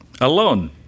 alone